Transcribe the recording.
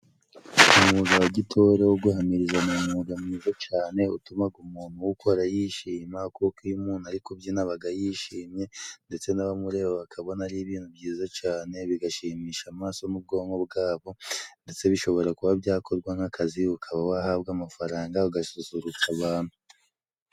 Umwuga wa gitore wo guhamiriza n'umwuga mwiza cane utumaga umuntu uwukora yishima kuko iyo umuntu ari kubyina abaga yishimye ndetse n'abamureba bakabona ari ibintu byiza cane bigashimisha amaso n'ubwonko bwabo ndetse bishobora kuba byakorwa nk'akazi ukaba wahabwa amafaranga ugasusurutsa abantu.